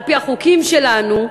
על-פי החוקים שלנו,